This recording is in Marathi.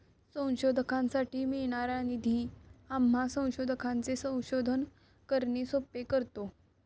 संशोधनासाठी मिळणारा निधी आम्हा संशोधकांचे संशोधन करणे सोपे करतो